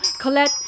Colette